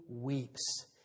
weeps